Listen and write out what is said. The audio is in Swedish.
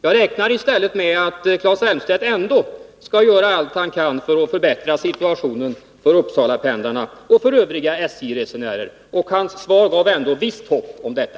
Jag räknar i stället med att Claes Elmstedt skall göra allt han kan för att förbättra situationen för Uppsalapendlarna och för övriga SJ-resenärer. Hans svar gav ju ändå visst hopp om detta.